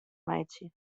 meitsje